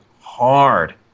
hard